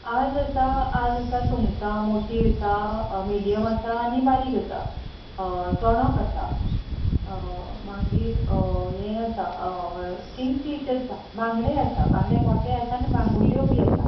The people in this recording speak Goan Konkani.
आयज आसा सुंगटां सुंगटां मोठीं आसा मिडियम आसा आनी बारीक आसा चोणोक आसा मागीर हें आसा किंगफीश आसा बांगडेय आसा बांंगडे मोठे आसा आनी बांगडुल्यो बी आसा